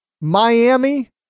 Miami